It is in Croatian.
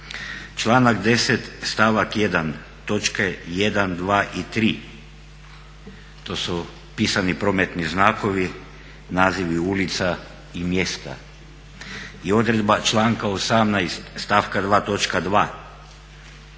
Članak 10. stavak 1. točke 1., 2. i 3. to su pisani prometni znakovi nazivlju ulica i mjesta." I odredba članka 18. stavka 2.